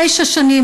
תשע שנים.